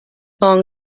long